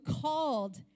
called